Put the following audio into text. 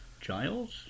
Giles